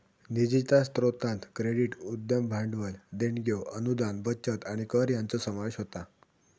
निधीच्या स्रोतांत क्रेडिट, उद्यम भांडवल, देणग्यो, अनुदान, बचत आणि कर यांचो समावेश होता